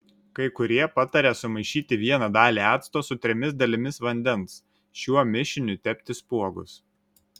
kai kurie pataria sumaišyti vieną dalį acto su trimis dalimis vandens šiuo mišiniu tepti spuogus